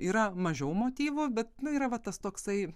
yra mažiau motyvų bet nu yra va tas toksai